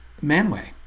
Manway